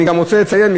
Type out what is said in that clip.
אני גם רוצה לציין,